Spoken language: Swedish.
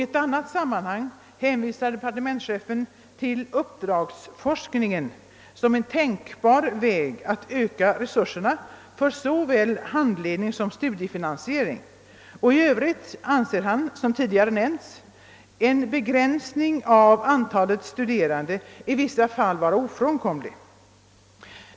I annat sammanhang hänvisar departementschefen till uppdragsforskningen som en tänkbar väg att öka resurserna för såväl handledning som studiefinansiering, och i övrigt anser han som tidigare nämnts, en begränsning av antalet studerande i vissa fall vara ofrånkomlig.